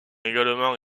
également